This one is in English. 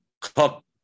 Cook